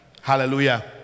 Hallelujah